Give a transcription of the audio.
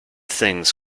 things